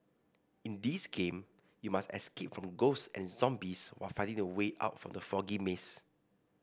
in this game you must escape from ghosts and zombies while finding the way out from the foggy maze